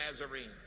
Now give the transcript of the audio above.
Nazarene